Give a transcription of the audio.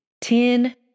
ten